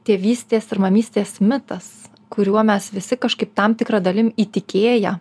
tėvystės ir mamytės mitas kuriuo mes visi kažkaip tam tikra dalim įtikėję